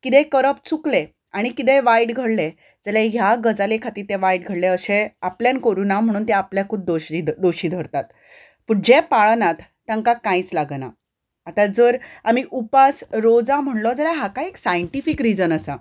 कितेंय करप चुकलें आनी कितेंय वायट घडलें जाल्यार ह्या गजाली खातीर तें वायट घडलें अशें आपल्यान करुना म्हणून आपल्याकूच दोशी धरतात पूण जे पाळनात तांकां कांयच लागना आतां जर आमी उपास रोजा म्हणलो जाल्यार हाका एक सायनटिफीक रिजन आसा